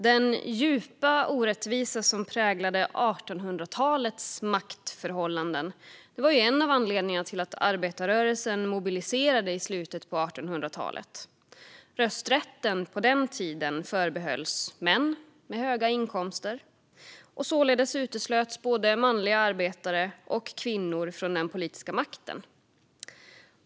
Den djupa orättvisa som präglade 1800-talets maktförhållanden var en av anledningarna till att arbetarrörelsen mobiliserade i slutet av 1800-talet. Rösträtten förbehölls på den tiden män med höga inkomster, och således uteslöts både manliga arbetare och kvinnor från den politiska makten.